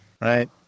right